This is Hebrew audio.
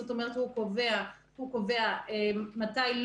כלומר הוא קובע מתי,